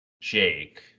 Jake